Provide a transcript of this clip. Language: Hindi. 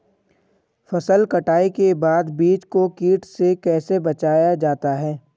फसल कटाई के बाद बीज को कीट से कैसे बचाया जाता है?